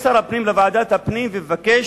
פונה שר הפנים לוועדת הפנים ומודיע